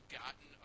gotten